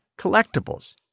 collectibles